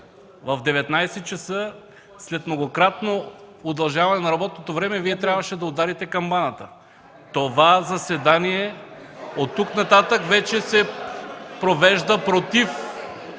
В 19,00 ч., след многократно удължаване на работното време, Вие трябваше да ударите камбаната. Това заседание оттук нататък вече се провежда против